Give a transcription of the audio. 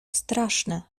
straszne